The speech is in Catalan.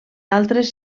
altres